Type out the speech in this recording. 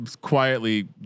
quietly